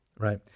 Right